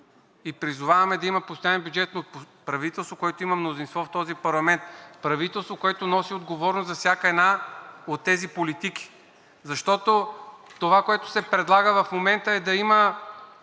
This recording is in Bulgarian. Призоваваме да има постоянен бюджет, но от правителство, което има мнозинство в този парламент, правителство, което носи отговорност за всяка една от тези политики. Защото това, което се предлага в момента, е да има